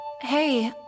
Hey